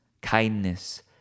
kindness